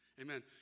Amen